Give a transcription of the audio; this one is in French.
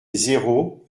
zéro